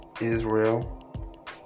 Israel